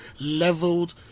leveled